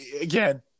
again